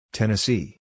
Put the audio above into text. Tennessee